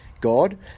God